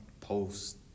post